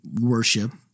worship